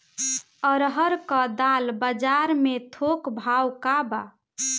अरहर क दाल बजार में थोक भाव का बा?